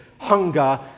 hunger